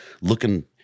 looking